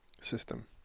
system